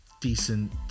decent